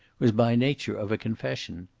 was by nature of a confession.